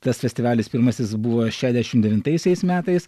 tas festivalis pirmasis buvo šešiasdešimt devintaisiais metais